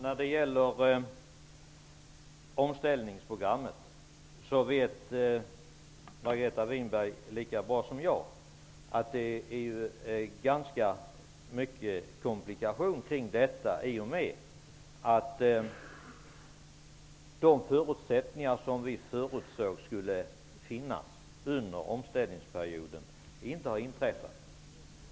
Fru talman! Margareta Winberg vet lika väl som jag att det finns ganska mycket komplikationer kring omställningsprogrammet i och med att de förutsättningar som vi förutsåg skulle gälla under omställningsperioden inte gäller.